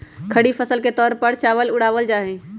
खरीफ फसल के तौर पर चावल उड़ावल जाहई